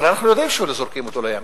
אבל אנחנו יודעים שלא זורקים אותו לים.